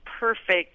perfect